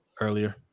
earlier